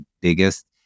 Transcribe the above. biggest